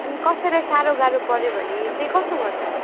अनि कसैलाई साह्रो गाह्रो पऱ्यो भने चाहिँ कसो गर्छ